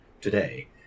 today